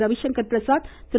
Ravishankar Prasad Thiru